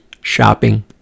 shopping